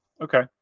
okay